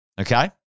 okay